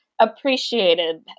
appreciated